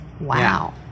Wow